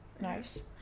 Nice